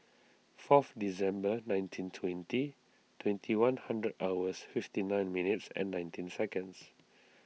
fourth December nineteen twenty twenty one hundred hours fifty nine minutes and nineteen seconds